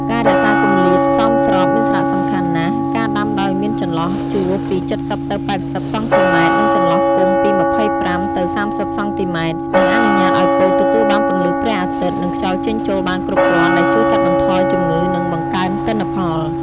ការរក្សាគម្លាតសមស្របមានសារៈសំខាន់ណាស់ ការដាំដោយមានចន្លោះជួរពី ៧០ ទៅ ៨០ សង់ទីម៉ែត្រ និង ចន្លោះគុម្ពពី ២៥ ទៅ ៣០ សង់ទីម៉ែត្រ នឹងអនុញ្ញាតឱ្យពោតទទួលបានពន្លឺព្រះអាទិត្យ និងខ្យល់ចេញចូលបានគ្រប់គ្រាន់ ដែលជួយកាត់បន្ថយជំងឺ និងបង្កើនទិន្នផល។